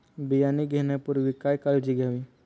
बियाणे घेण्यापूर्वी काय काळजी घ्यावी?